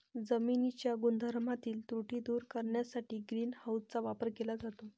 जमिनीच्या गुणधर्मातील त्रुटी दूर करण्यासाठी ग्रीन हाऊसचा वापर केला जातो